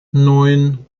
neun